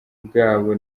bwabo